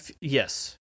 yes